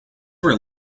were